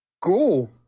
go